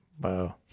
Wow